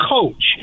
coach